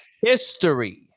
history